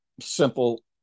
simple